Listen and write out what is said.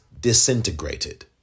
disintegrated